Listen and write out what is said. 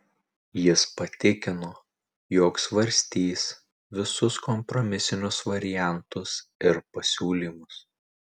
jis patikino jog svarstys visus kompromisinius variantus ir pasiūlymus